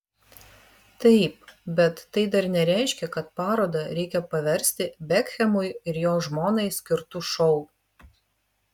taip bet tai dar nereiškia kad parodą reikia paversti bekhemui ir jo žmonai skirtu šou